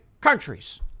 countries